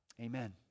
Amen